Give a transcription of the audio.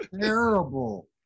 terrible